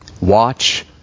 Watch